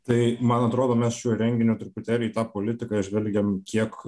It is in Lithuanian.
tai man atrodo mes šiuo renginiu truputėlį į tą politiką žvelgiam kiek